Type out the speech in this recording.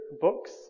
books